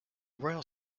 royal